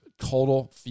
total